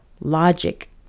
logic